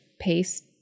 paste